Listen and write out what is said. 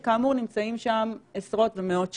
שכאמור נמצאים שם עשרות ומאות שנים.